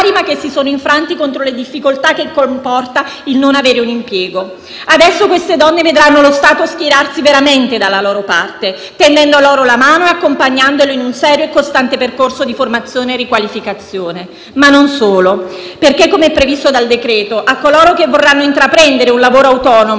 ma che si sono infranti contro le difficoltà che comporta il non avere un impiego. Adesso queste donne vedranno lo Stato schierarsi veramente dalla loro parte, tendendo loro la mano e accompagnandole in un serio e costante percorso di formazione e riqualificazione. Ma non solo; perché, come previsto dal decreto-legge, a coloro che vorranno intraprendere un lavoro autonomo,